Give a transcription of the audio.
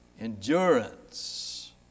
endurance